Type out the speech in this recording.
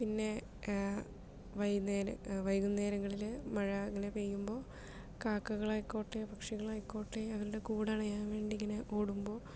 പിന്നെ വൈകുന്നേരം വൈകുന്നേരങ്ങളില് മഴ ഇങ്ങനെ പെയ്യുമ്പോൾ കാക്കകളായിക്കോട്ടെ പക്ഷികളായിക്കോട്ടെ അവരുടെ കൂടണയാൻ വേണ്ടി ഇങ്ങനെ ഓടുമ്പോൾ